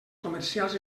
comercials